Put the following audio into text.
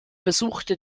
besuchte